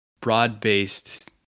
broad-based